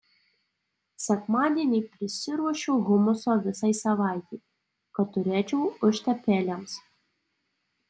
sekmadienį prisiruošiu humuso visai savaitei kad turėčiau užtepėlėms